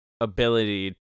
ability